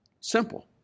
Simple